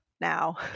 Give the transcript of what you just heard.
now